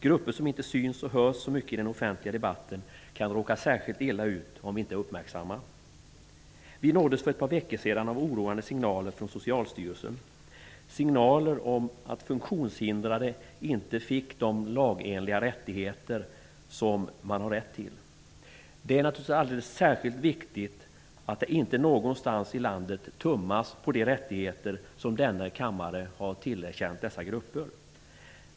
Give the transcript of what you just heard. Grupper som inte syns och hörs så mycket i den offentliga debatten kan råka särskilt illa ut om vi inte är uppmärksamma. Vi nåddes för ett par veckor sedan av oroande signaler från Socialstyrelsen om att funktionshindrade inte fick den lagenliga hjälp som de har rätt till. Det är naturligtvis alldeles särskilt viktigt att det inte någonstans i landet tummas på de rättigheter som denna kammare har tillerkänt dessa grupper.